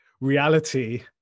reality